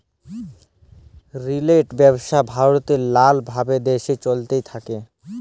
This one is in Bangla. রিটেল ব্যবসা ভারতে ভাল ভাবে দেশে চলতে থাক্যে